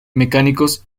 mecánicos